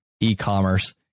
e-commerce